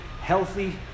healthy